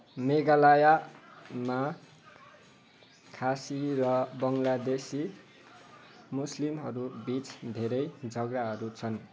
मेघालयमा खासी र बङ्गलादेशी मुस्लिमहरूबिच धेरै झगडाहरू छन्